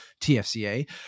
TFCA